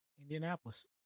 Indianapolis